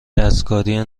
دستکاری